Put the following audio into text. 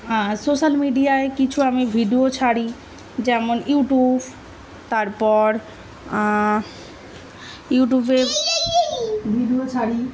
আর social মিডিয়ায় কিছু আমি ভিডিও ছাড়ি যেমন ইউটিউব তারপর ইউটিউবে ভিডিও ছাড়ি